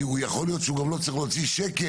כי יכול להיות שהוא גם לא צריך להוציא שקל,